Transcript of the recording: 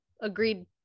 agreed